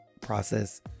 process